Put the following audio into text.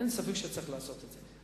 אין ספק שצריך לעשות את זה,